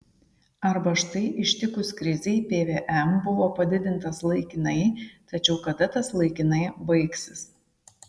arba štai ištikus krizei pvm buvo padidintas laikinai tačiau kada tas laikinai baigsis